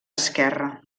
esquerre